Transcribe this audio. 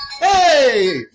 Hey